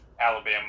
Alabama